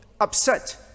upset